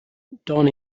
don